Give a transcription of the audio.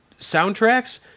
soundtracks